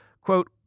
Quote